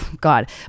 God